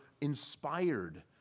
inspired